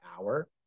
hour